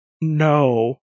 No